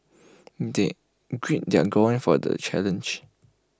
they grill their for the challenge